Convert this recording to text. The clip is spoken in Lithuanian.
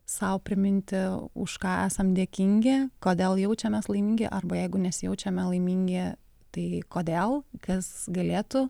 sau priminti už ką esam dėkingi kodėl jaučiamės laimingi arba jeigu nesijaučiame laimingi tai kodėl kas galėtų